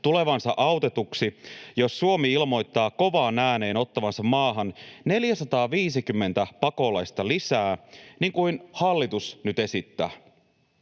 tulevansa autetuksi, jos Suomi ilmoittaa kovaan ääneen ottavansa maahan 450 pakolaista lisää, niin kuin hallitus nyt esittää?